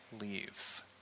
leave